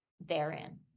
therein